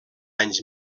anys